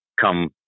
come